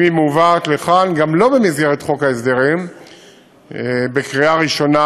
אם היא מובאת לכאן גם לא במסגרת חוק ההסדרים לקריאה ראשונה,